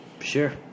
Sure